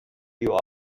you